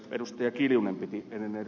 anneli kiljunen piti ennen ed